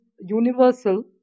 universal